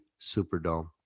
superdome